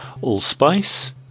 Allspice